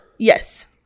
Yes